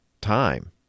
time